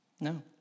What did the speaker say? No